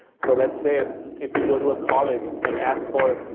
so, let's say ah if you go to a college and ask for,